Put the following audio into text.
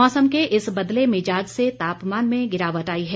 मौसम के इस बदले मिजाज़ से तापमान में गिरावट आई है